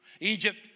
Egypt